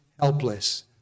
helpless